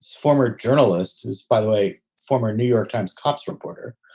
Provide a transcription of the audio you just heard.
former journalist who, by the way, former new york times cops reporter,